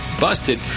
busted